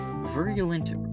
virulent